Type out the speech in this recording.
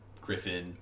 Griffin